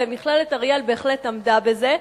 ומכללת אריאל בהחלט עמדה בזה.